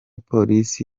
polisi